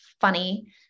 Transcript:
funny